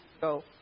go